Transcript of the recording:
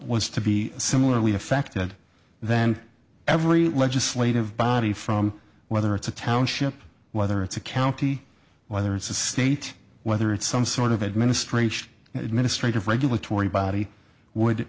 as to be similarly affected then every legislative body from whether it's a township whether it's a county whether it's a state whether it's some sort of administration administrative regulatory body would